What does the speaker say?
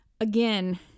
again